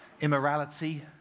immorality